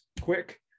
quick